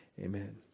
Amen